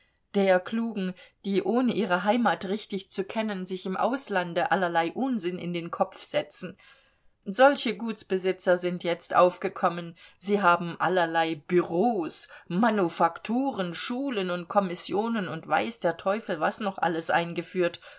der klugen die ohne ihre heimat richtig zu kennen sich im auslande allerlei unsinn in den kopf setzen solche gutsbesitzer sind jetzt aufgekommen sie haben allerlei bureaus manufakturen schulen und kommissionen und weiß der teufel was noch alles eingeführt